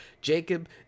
Jacob